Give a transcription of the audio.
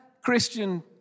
Christian